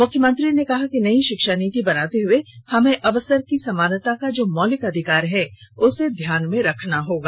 मुख्यमंत्री ने कहा कि नई शिक्षा नीति बनाते हुए हमें अवसर की समानता का जो मौलिक अधिकार है उसे ध्यान में रखना होगा